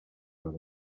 hores